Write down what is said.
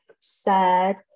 sad